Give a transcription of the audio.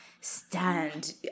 stand